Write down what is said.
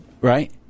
right